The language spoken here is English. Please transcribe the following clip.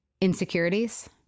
insecurities